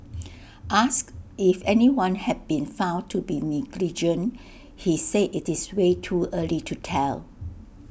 asked if anyone had been found to be negligent he said IT is way too early to tell